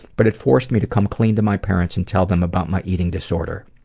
but it forced me to come clean to my parents and tell them about my eating disorder.